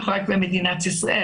לא רק במדינת ישראל,